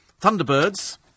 Thunderbirds